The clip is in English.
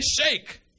shake